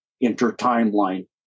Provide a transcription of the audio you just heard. inter-timeline